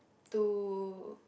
to